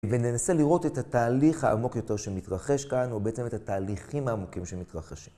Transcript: וננסה לראות את התהליך העמוק יותר שמתרחש כאן או בעצם את התהליכים העמוקים שמתרחשים.